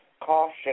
caution